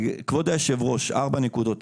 כבוד היו"ר, ארבע נקודות.